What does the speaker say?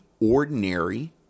ordinary